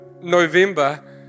November